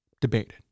debated